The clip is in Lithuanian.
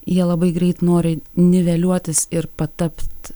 jie labai greit nori niveliuotis ir patapt